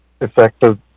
effective